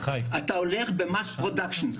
אתה מוכרח הולך ב-mass production.